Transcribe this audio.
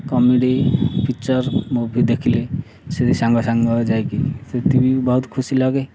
comedy picture movie ଦେଖିଲେ ସେଠି ସାଙ୍ଗ ସାଙ୍ଗ ଯାଇକି ସେଠି ବି ବହୁତ ଖୁସି ଲାଗେ